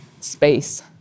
space